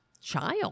child